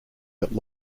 that